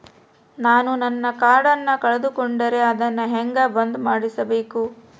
ನಾನು ನನ್ನ ಕಾರ್ಡನ್ನ ಕಳೆದುಕೊಂಡರೆ ಅದನ್ನ ಹೆಂಗ ಬಂದ್ ಮಾಡಿಸಬೇಕು?